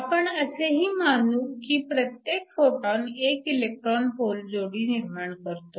आपण असेही मानू की प्रत्येक फोटॉन 1 इलेक्ट्रॉन होल जोडी निर्माण करतो